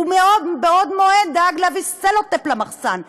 ובעוד מועד הוא דאג להביא סלוטייפ למחסן,